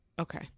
Okay